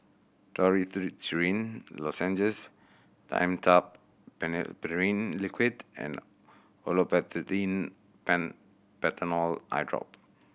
Dorithricin Lozenges Dimetapp Phenylephrine Liquid and Olopatadine Patanol Eyedrop